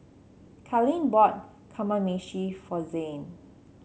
Carlene bought Kamameshi for Zain